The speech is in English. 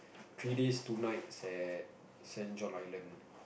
three days two nights at Saint-John Island